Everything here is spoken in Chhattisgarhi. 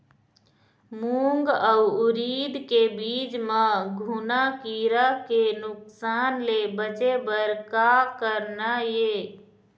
मूंग अउ उरीद के बीज म घुना किरा के नुकसान ले बचे बर का करना ये?